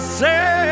say